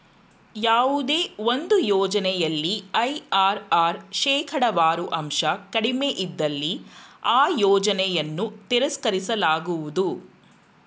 ಯಾವುದೇ ಒಂದು ಯೋಜನೆಯಲ್ಲಿ ಐ.ಆರ್.ಆರ್ ಶೇಕಡವಾರು ಅಂಶ ಕಡಿಮೆ ಇದ್ದಲ್ಲಿ ಆ ಯೋಜನೆಯನ್ನು ತಿರಸ್ಕರಿಸಲಾಗುವುದು